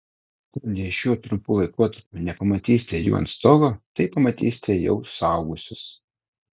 tad jei šiuo trumpu laikotarpiu nepamatysite jų ant stogo tai pamatysite jau suaugusius